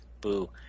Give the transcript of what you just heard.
Boo